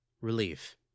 Relief